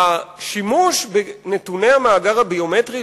השימוש בנתוני המאגר הביומטרי,